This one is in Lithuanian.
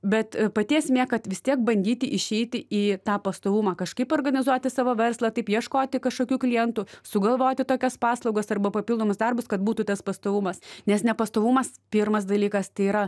bet pati esmė kad vis tiek bandyti išeiti į tą pastovumą kažkaip organizuoti savo verslą taip ieškoti kažkokių klientų sugalvoti tokias paslaugas arba papildomus darbus kad būtų tas pastovumas nes nepastovumas pirmas dalykas tai yra